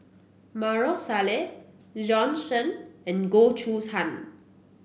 Maarof Salleh Bjorn Shen and Goh Choo San